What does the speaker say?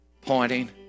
pointing